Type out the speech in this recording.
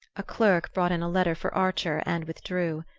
a clerk brought in a letter for archer and withdrew.